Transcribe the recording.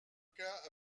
cas